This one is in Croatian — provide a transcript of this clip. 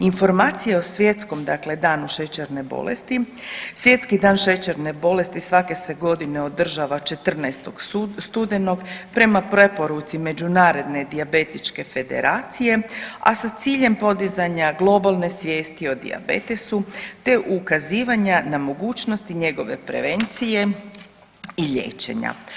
Informacije o svjetskom, dakle danu šećerne bolesti, Svjetski dan šećerne bolesti svake se godine održava 14. studenog prema preporuci Međunarodne dijabetičke federacije, a sa ciljem podizanja globalne svijesti o dijabetesu, te ukazivanja na mogućnosti njegove prevencije i liječenja.